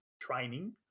training